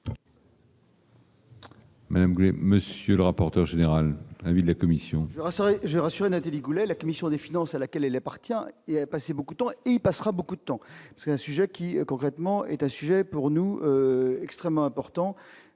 Madame Ray, monsieur le rapporteur général, avis de la commission. Grâce à Génération Nathalie Goulet, la commission des finances à laquelle elle est partie et a passé beaucoup de temps, il passera beaucoup de temps, c'est un sujet qui, concrètement, est un sujet pour nous extrêmement important,